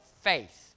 faith